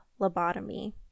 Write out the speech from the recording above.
lobotomy